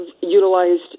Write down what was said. utilized